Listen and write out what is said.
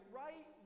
right